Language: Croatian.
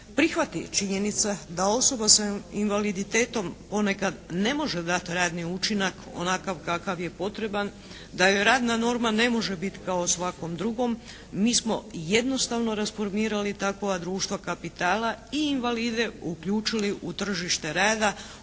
prihvati činjenica da osoba s invaliditetom ponekad ne može dati radni učinak onakav kakav je potreban, da joj radna norma ne može biti kao svakom drugom, mi smo jednostavno rasformirali takova društva kapitala i invalide uključili u tržište rada